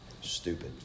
stupid